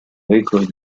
discos